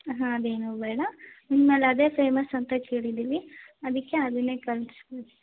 ಹಾಂ ಅದೇನೂ ಬೇಡ ನಿಮ್ಮಲ್ಲಿ ಅದೇ ಫೇಮಸ್ ಅಂತ ಕೇಳಿದೀನಿ ಅದಕ್ಕೆ ಅದನ್ನೇ ಕಳಿಸ್ಬಿಡಿ